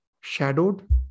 shadowed